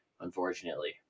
unfortunately